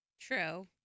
True